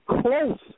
close